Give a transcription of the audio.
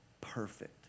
perfect